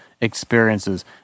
experiences